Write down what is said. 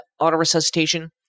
autoresuscitation